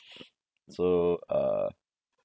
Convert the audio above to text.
so uh